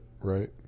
right